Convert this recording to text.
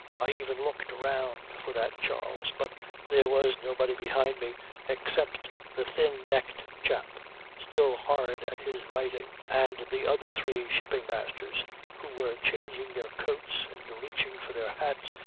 i even looked round for that charles but there was nobody behind me except the thin-necked chap still hard at his writing, and the other three shipping masters who were changing their coats and reaching for their hats,